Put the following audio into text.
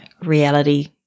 reality